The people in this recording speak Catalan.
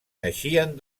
naixien